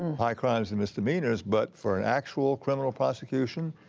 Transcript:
high crimes and misdemeanors. but for an actual criminal prosecution,